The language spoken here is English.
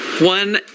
One